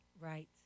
Right